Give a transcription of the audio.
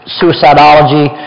suicidology